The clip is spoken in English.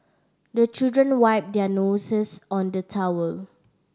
the children wipe their noses on the towel